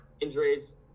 Injuries